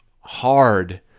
hard